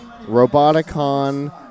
Roboticon